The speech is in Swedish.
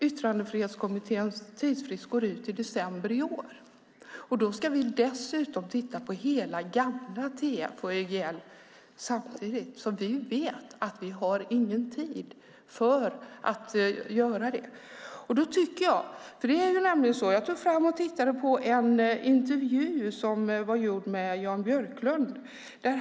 Yttrandefrihetskommitténs tidsfrist går ut i december i år. Då ska vi samtidigt titta på hela gamla TF och YGL. Vi vet att vi har ingen tid för det. Jag tittade på en intervju med Jan Björklund.